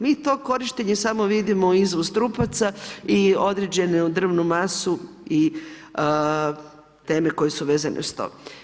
Mi to korištenje samo vidimo u izvoz trupaca i određenu drvnu masu i teme koje su vezane uz to.